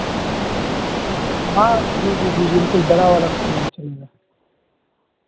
ہاں جی جی جی بالکل بڑا والا فون نہیں چلے گا